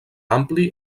ampli